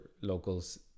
locals